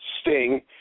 Sting